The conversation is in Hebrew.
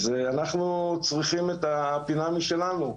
אז אנחנו צריכים את הפינה משלנו.